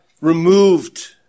removed